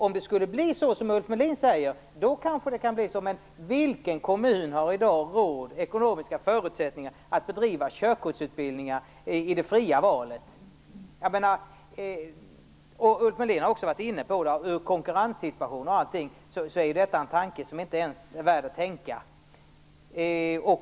Om det skulle bli så som Ulf Melin säger, kan det kanske bli så, men vilken kommun har i dag ekonomiska förutsättningar att bedriva körkortsutbildning inom ramen för det fria valet? Ulf Melin har också framhållit att denna tanke t.ex. med hänsyn till konkurrenssituationen inte ens är värd att tänka.